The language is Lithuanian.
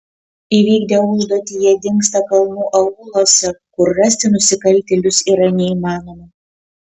įvykdę užduotį jie dingsta kalnų aūluose kur rasti nusikaltėlius yra neįmanoma